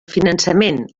finançament